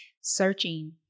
searching